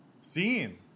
seen